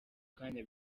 kanya